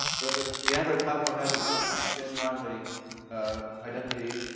but but the android platform, as it comes, is genuinely identity,